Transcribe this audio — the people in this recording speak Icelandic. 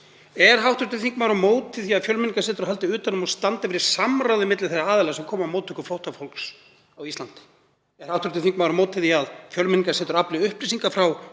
Er hv. þingmaður á móti því að Fjölmenningarsetur haldi utan um og standi fyrir samráði milli þeirra aðila sem koma að móttöku flóttafólks á Íslandi? Er hv. þingmaður á móti því að Fjölmenningarsetur afli upplýsinga frá